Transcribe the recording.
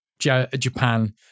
Japan